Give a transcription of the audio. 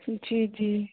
जी जी